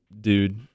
dude